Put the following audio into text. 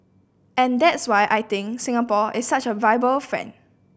and that's why I think Singapore is such a viable friend